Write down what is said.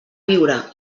viure